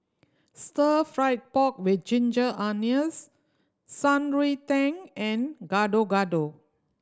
Stir Fried Pork With Ginger Onions Shan Rui Tang and Gado Gado